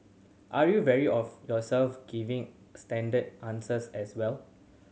are you wary of yourself giving standard answers as well